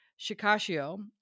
Shikashio